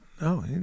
No